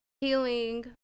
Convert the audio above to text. healing